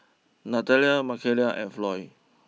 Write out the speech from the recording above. Natalia Makaila and Floy